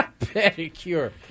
Pedicure